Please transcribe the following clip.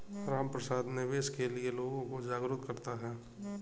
रामप्रसाद निवेश के लिए लोगों को जागरूक करता है